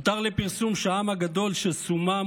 הותר לפרסום שהעם הגדול שסומם,